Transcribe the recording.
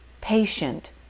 patient